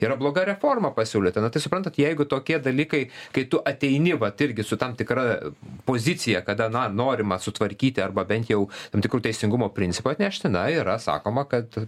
yra bloga reforma pasiūlyta na tai suprantat jeigu tokie dalykai kai tu ateini vat irgi su tam tikra pozicija kad aną norima sutvarkyti arba bent jau tam tikru teisingumo principu atnešti na yra sakoma kad